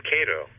Cato